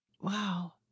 Wow